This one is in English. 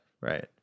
Right